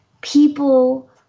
people